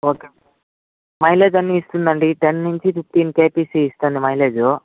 okay mileage అన్నీ ఇస్తుందండి ten నుంచి ఫిఫ్టీన్ కెపిసి ఇస్తుందండి మైలేజ్